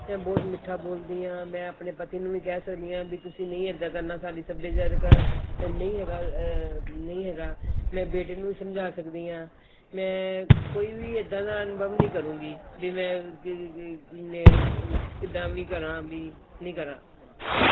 ਮੈਂ ਬਹੁਤ ਮਿੱਠਾ ਬੋਲਦੀ ਹਾਂ ਮੈਂ ਆਪਣੇ ਪਤੀ ਨੂੰ ਵੀ ਕਹਿ ਸਕਦੀ ਹਾਂ ਵੀ ਤੁਸੀਂ ਨਹੀਂ ਇੱਦਾਂ ਕਰਨਾ ਸਾਡੀ ਸੱਭਿਆਚਾਰਕ ਨਹੀਂ ਹੈਗਾ ਨਹੀਂ ਹੈਗਾ ਮੈਂ ਬੇਟੇ ਨੂੰ ਸਮਝਾ ਸਕਦੀ ਹਾਂ ਮੈਂ ਕੋਈ ਵੀ ਇੱਦਾਂ ਦਾ ਅਨੁਭਵ ਨਹੀਂ ਕਰੂੰਗੀ ਵੀ ਮੈਂ ਕਿੱਦਾਂ ਵੀ ਕਰਾਂ ਵੀ ਨਹੀਂ ਕਰਾਂ ਹਾਂਜੀ ਠੀਕ ਹੈ